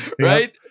Right